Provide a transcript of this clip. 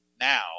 now